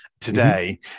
today